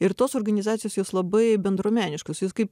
ir tos organizacijos jos labai bendruomeniškos jos kaip